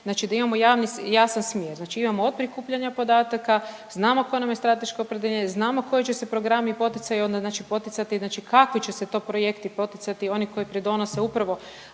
znači da imamo jasan smjer. Znači imamo od prikupljanja podataka, znamo koje nam je strateško opredjeljenje, znamo koji će se programi i poticaji onda znači poticati, znači kakvi će se to projekti poticati, oni koji pridonose upravo